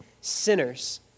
sinners